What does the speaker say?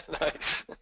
Nice